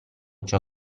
ciò